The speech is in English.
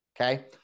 Okay